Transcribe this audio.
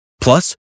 Plus